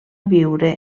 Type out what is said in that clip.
viure